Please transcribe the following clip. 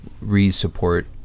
re-support